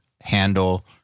handle